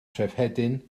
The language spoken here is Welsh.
trefhedyn